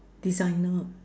designer